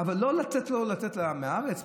אבל לא לתת לצאת מהארץ?